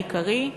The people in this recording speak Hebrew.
העיקרי,